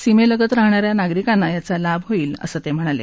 सीमेलगत राहणाऱ्या नागरिकांना याचा लाभ होईल असं ते म्हणाले